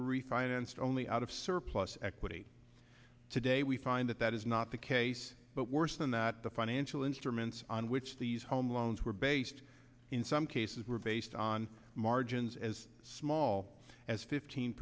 refinanced only out of surplus equity today we find that that is not the case but worse than that the financial instruments on which these home loans were based in some cases were based on margins as all as fifteen